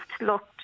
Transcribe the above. looked